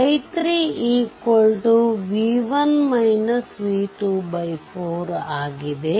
i3 4 ಆಗಿದೆ